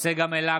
צגה מלקו,